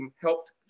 helped